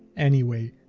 anyway,